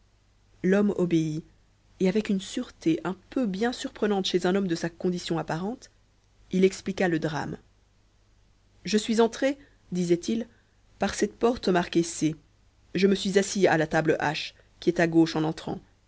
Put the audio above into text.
l'homme obéit et avec une sûreté un peu bien surprenante chez un homme de sa condition apparente il expliqua le drame je suis entré disait-il par cette porte marquée c je me suis assis à la table h qui est à gauche en entrant